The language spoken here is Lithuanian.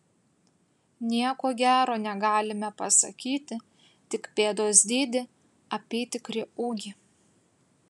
nieko gero negalime pasakyti tik pėdos dydį apytikrį ūgį